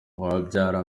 wabyara